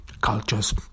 cultures